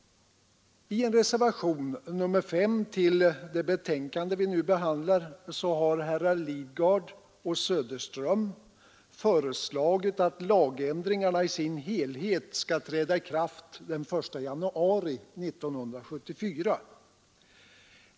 I reservationen 5 vid det betänkande som vi nu behandlar har herrar Lidgard och Söderström föreslagit att lagändringarna i sin helhet skall träda i kraft den 1 januari 1974.